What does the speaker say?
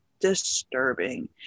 disturbing